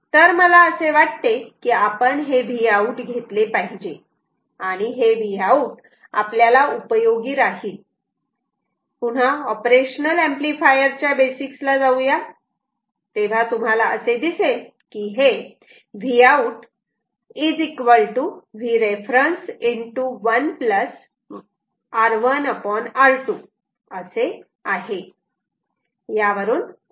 तर मला असे वाटते की आपण हे Vout घेतले पाहिजे आणि हे Vout आपल्याला उपयोगी राहील पुन्हा ऑपरेशनल ऍम्प्लिफायर च्या बेसिक्स ला जाऊया तुम्हाला असे दिसेल की हे आहे